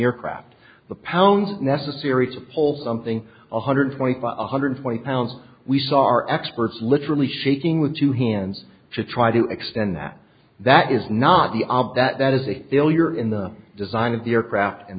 aircraft the pounds necessary to pull something a hundred twenty five one hundred twenty pounds we saw our experts literally shaking with two hands to try to extend that that is not the op that that is a failure in the design of the aircraft and